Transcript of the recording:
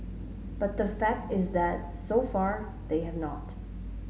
but the fact is that so far they have not